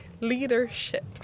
Leadership